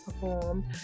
performed